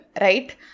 right